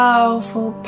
Powerful